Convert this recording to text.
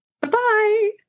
Bye-bye